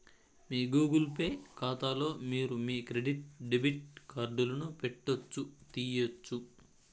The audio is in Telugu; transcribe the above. మీ గూగుల్ పే కాతాలో మీరు మీ క్రెడిట్ డెబిట్ కార్డులను పెట్టొచ్చు, తీయొచ్చు